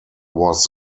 was